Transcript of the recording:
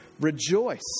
rejoice